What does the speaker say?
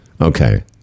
Okay